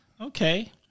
okay